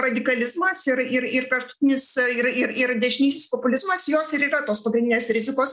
radikalizmas ir ir ir kraštutinis ir ir ir dešinysis populizmas jos ir yra tos pagrindinės rizikos